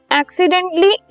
accidentally